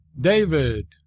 David